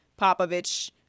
Popovich